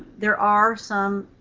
there are some